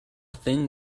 thin